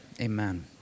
amen